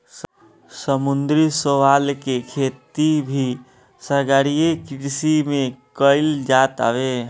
समुंदरी शैवाल के खेती भी सागरीय कृषि में कईल जात हवे